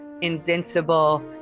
invincible